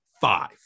five